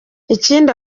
ikindi